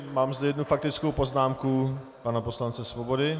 Mám zde jednu faktickou poznámku pana poslance Svobody.